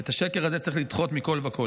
את השקר הזה צריך לדחות מכול וכול.